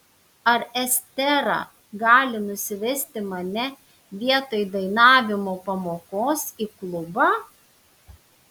ar estera gali nusivesti mane vietoj dainavimo pamokos į klubą